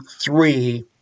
three